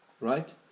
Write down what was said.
right